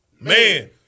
Man